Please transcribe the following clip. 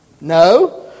No